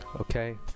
Okay